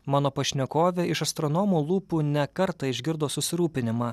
mano pašnekovė iš astronomo lūpų ne kartą išgirdo susirūpinimą